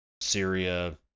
Syria